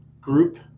group